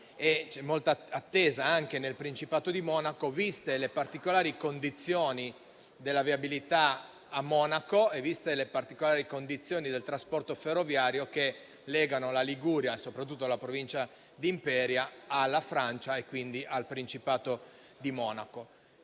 e molto attesa anche nel Principato di Monaco, viste le particolari condizioni della viabilità a Monaco e viste le particolari condizioni del trasporto ferroviario che legano la Liguria e soprattutto la Provincia di Imperia alla Francia e, quindi, al Principato di Monaco.